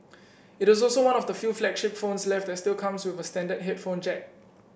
it is also one of the few flagship phones left that still comes with standard headphone jack